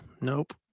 Nope